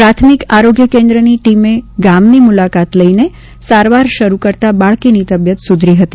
પ્રાથમિક આરોગ્ય કેન્દ્રની ટીમે ગામની મુલાકાત લઈને સારવાર શરૂ કરતાં બાળકીની તબિયત સુધરી હતી